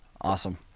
Awesome